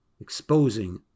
exposing